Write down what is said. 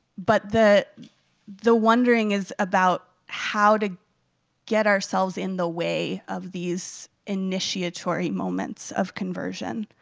but the the wondering is about how to get ourselves in the way of these initiatory moments of conversion.